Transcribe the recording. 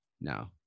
No